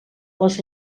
les